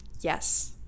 Yes